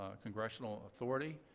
ah congressional authority.